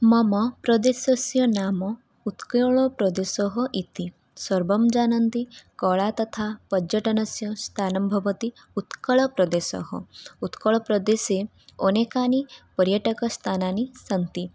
मम प्रदेशस्य नाम उत्कलप्रदेशः इति सर्वे जानन्ति कला तथा पर्यटनस्य स्थानं भवति उत्कलप्रदेशः उत्कलप्रदेशे अनेकानि पर्यटकस्थानानि सन्ति